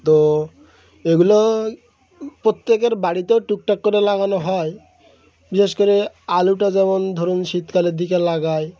তো এগুলো প্রত্যেকের বাড়িতেও টুকটাক করে লাগানো হয় বিশেষ করে আলুটা যেমন ধরুন শীতকালের দিকে লাগায়